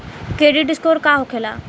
Credit score का होखेला?